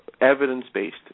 evidence-based